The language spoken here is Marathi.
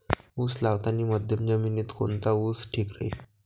उस लावतानी मध्यम जमिनीत कोनचा ऊस ठीक राहीन?